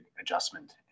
adjustment